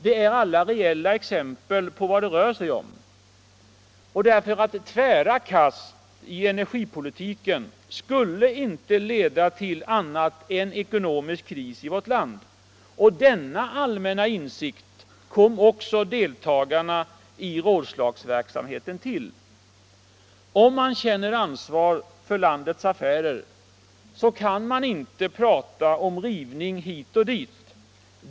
De är alla reella exempel på vad det rör sig om. Tvära kast i energipolitiken skulle inte leda till annat än ekonomisk kris i vårt land. Denna allmänna insikt kom också deltagarna i rådslagsverksamheten fram till. Om man känner ansvar för landets affärer kan man inte prata om rivning hit och dit.